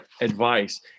advice